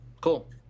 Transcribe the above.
Cool